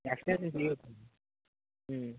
extension చేయవచ్చు